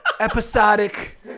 episodic